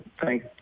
thank